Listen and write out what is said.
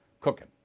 cooking